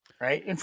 Right